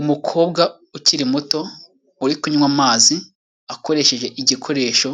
Umukobwa ukiri muto uri kunywa amazi akoresheje igikoresho